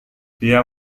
dia